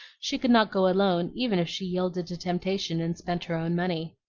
she could not go alone even if she yielded to temptation and spent her own money.